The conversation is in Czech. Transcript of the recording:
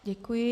Děkuji.